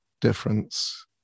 difference